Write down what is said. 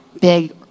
big